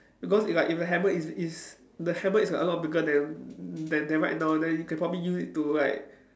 because if like if a hammer is is if the hammer is a lot bigger than than than right now then you can probably use it to like